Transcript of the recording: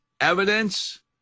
evidence